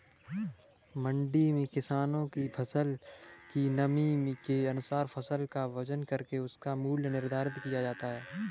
मंडी में किसानों के फसल की नमी के अनुसार फसल का वजन करके उसका मूल्य निर्धारित किया जाता है